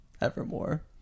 Evermore